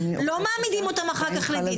לא מעמידים אחר כך לדין.